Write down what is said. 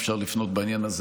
אפשר לפנות בעניין הזה,